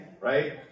Right